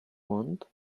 want